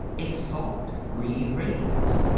a soft green radiance.